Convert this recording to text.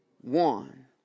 one